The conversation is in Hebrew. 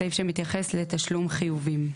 סעיף שמתייחס לתשלום חיובים.